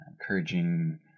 encouraging